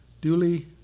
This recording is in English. duly